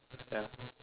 ya